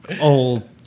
old